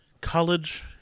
college